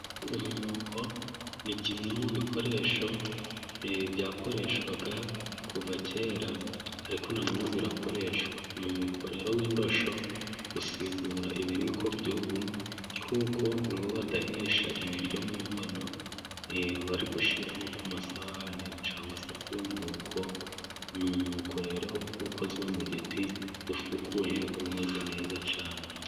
Umwuko ni kimwe mu bikoresho byakoreshwaga kuva kera ariko na n'ubu birakoreshwa. Umwuko rero w'indosho usimbura ibiriko by'ubu kuko ni wo badahisha ibiryo mu nkono bari gushyira nko ku masahani cyangwa se ku nkoko, ni umwuko ukozwe mu giti ufukuye umeze neza cyane.